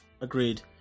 agreed